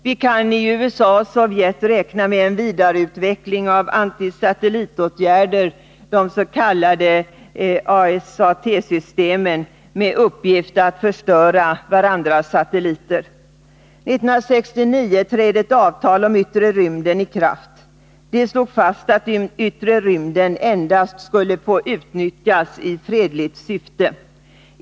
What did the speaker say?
Vi kan i USA och Sovjet räkna med en vidareutveckling av antisatellit-åtgärder, de s.k. ASAT-systemen, med uppgift att förstöra varandras satelliter. 1969 trädde ett avtal om yttre rymden i kraft. Där slogs fast att den yttre rymden endast skulle få utnyttjas i fredligt syfte.